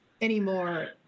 anymore